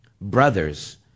Brothers